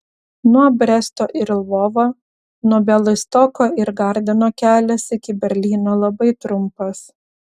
nuo bresto ir lvovo nuo bialystoko ir gardino kelias iki berlyno labai trumpas